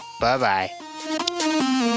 bye-bye